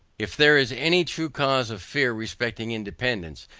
if there is any true cause of fear respecting independance,